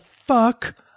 fuck